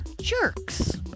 jerks